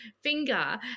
finger